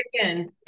again